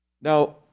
Now